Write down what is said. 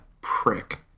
prick